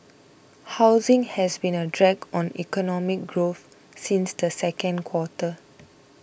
housing has been a drag on economic growth since the second quarter